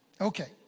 Okay